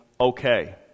okay